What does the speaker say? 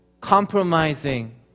compromising